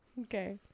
Okay